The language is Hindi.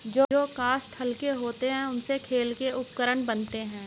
जो काष्ठ हल्के होते हैं, उनसे खेल के उपकरण बनते हैं